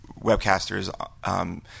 webcasters –